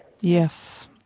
yes